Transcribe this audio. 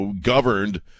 governed